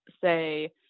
say